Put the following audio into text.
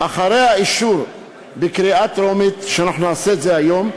אחרי האישור בקריאה טרומית, שאנחנו נעשה היום,